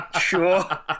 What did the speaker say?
sure